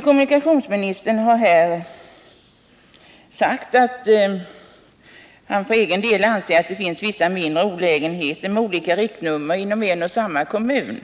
Kommunikationsministern säger att han för egen del anser att det finns vissa mindre olägenheter med olika riktnummer inom en och samma kommun.